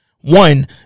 One